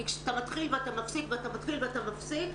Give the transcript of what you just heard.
כי כשאתה מתחיל ואתה מפסיק ואתה מתחיל ואתה מפסיק,